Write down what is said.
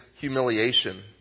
humiliation